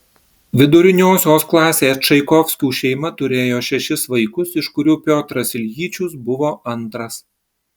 viduriniosios klasės čaikovskių šeima turėjo šešis vaikus iš kurių piotras iljičius buvo antras